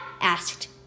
asked